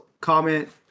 Comment